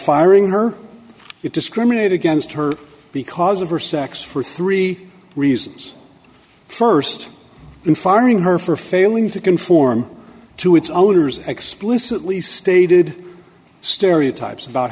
firing her it discriminate against her because of her sex for three reasons st and firing her for failing to conform to its owner's explicitly stated stereotypes about